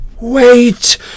Wait